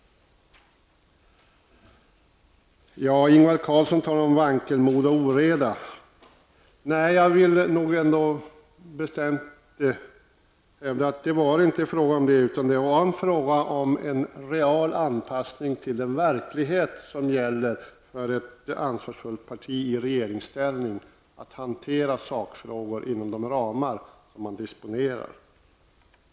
Ingvar Karlsson i Bengtsfors talar om vankelmod och oreda. Nej, jag vill bestämt hävda att det inte var fråga om det, utan att det var fråga om en real anpassning till den verklighet som gäller för ett ansvarsfullt parti i regeringsställning -- att hantera sakfrågor inom de ramar som man disponerar.